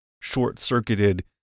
short-circuited